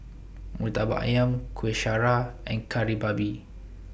Murtabak Ayam Kuih Syara and Kari Babi